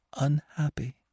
unhappy